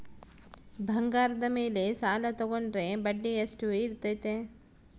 ಬಂಗಾರದ ಮೇಲೆ ಸಾಲ ತೋಗೊಂಡ್ರೆ ಬಡ್ಡಿ ಎಷ್ಟು ಇರ್ತೈತೆ?